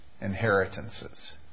inheritances